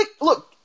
Look